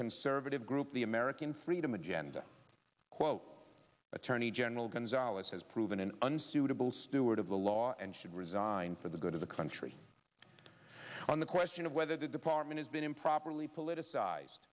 conservative group the american freedom agenda quote attorney general gonzales has proven an unsuitable steward of the law and should resign for the good of the country on the question of whether the department has been improperly politicized